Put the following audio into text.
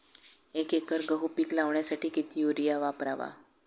एक एकर गहू पीक लावण्यासाठी किती युरिया वापरावा?